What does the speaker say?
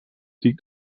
liegt